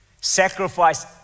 sacrifice